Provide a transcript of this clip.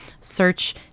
search